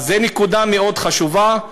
זאת נקודה מאוד חשובה.